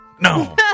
No